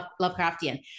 Lovecraftian